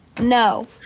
no